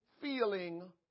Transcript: feeling